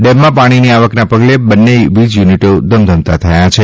ડેમમાં પાણીની આવકના પગલે બંને વીજ યુનિટો ધમધમતા થયા છે